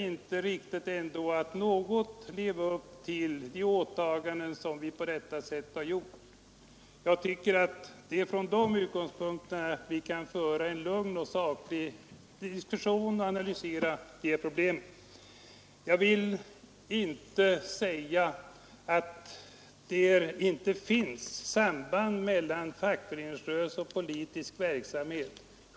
Bör vi ändå inte något leva upp till de åtaganden som vi på detta sätt gjort? Från de utgångspunkterna tycker jag att vi bör föra en lugn och saklig diskussion och analysera det här problemet. Jag vill inte påstå att det inte finns ett samband mellan fackföreningsrörelse och politisk verksamhet.